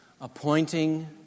appointing